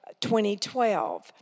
2012